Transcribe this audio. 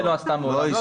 ישראל לא עשתה מעולם.